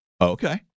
Okay